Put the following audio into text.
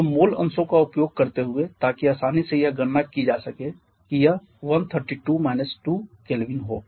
तो मोल अंशों का उपयोग करते हुए ताकि आसानी से यह गणना की जा सके कि यह 1322 K हो